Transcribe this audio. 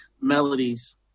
melodies